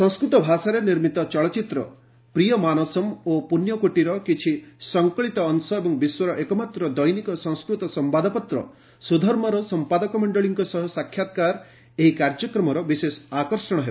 ସଂସ୍କୃତ ଭାଷାରେ ନିର୍ମିତ ଚଳଚ୍ଚିତ୍ର 'ପ୍ରିୟମାନସମ୍' ଓ 'ପୂଣ୍ୟକୋଟି'ର କିଛି ସଂକଳିତ ଅଂଶ ଏବଂ ବିଶ୍ୱର ଏକମାତ୍ର ଦୈନିକ ସଂସ୍କୃତ ସମ୍ପାଦପତ୍ର 'ସୁଧର୍ମ'ର ସମ୍ପାଦକମଣ୍ଡଳୀଙ୍କ ସହ ସାକ୍ଷାତ୍କାର ଏହି କାର୍ଯ୍ୟକ୍ରମର ବିଶେଷ ଆକର୍ଷଣ ହେବ